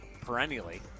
perennially